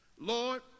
Lord